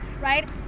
right